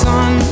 Sun